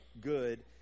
good